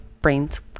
brains